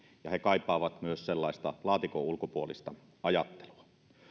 ja he kaipaavat myös laatikon ulkopuolista ajattelua